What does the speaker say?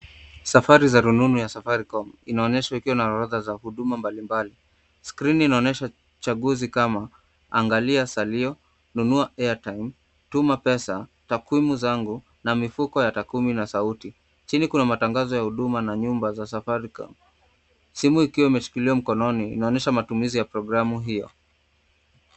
Safari za rununu ya Safaricom inaonyesha ikiwa na orodha za huduma mbalimbali. Skrini inaonyesha chaguzi kama angalia salio, nunua airtime , tuma pesa, takwimu zangu na mifuko ya takwimu na sauti. Chini kuna matangazo ya huduma na nyumba za Safaricom. Simu ikiwa imeshikiliwa mkononi inaonyesha matumizi ya programu hiyo.